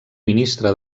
ministre